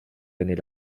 années